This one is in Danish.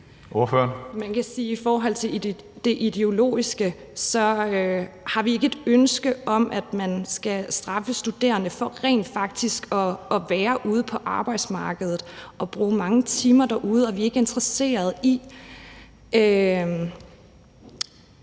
(LA): Man kan sige, at i forhold til det ideologiske har vi ikke et ønske om, at man skal straffe studerende for rent faktisk at være ude på arbejdsmarkedet og bruge mange timer derude. Og vi er ikke interessede i